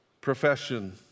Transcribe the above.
profession